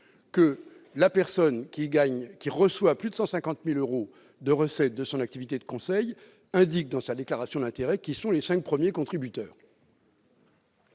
que l'intéressé, qui perçoit donc plus de 150 000 euros par an de son activité de conseil, indique dans sa déclaration d'intérêts qui sont les cinq premiers contributeurs.